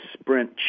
Sprint